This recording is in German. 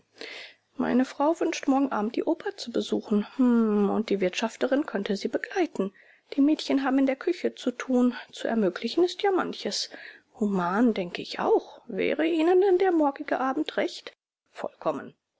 meine frau wünscht morgen abend die oper zu besuchen hm und die wirtschafterin könnte sie begleiten die mädchen haben in der küche zu tun zu ermöglichen ist ja manches human denke ich auch wäre ihnen denn der morgige abend recht vollkommen